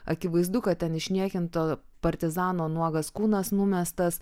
akivaizdu kad ten išniekinto partizano nuogas kūnas numestas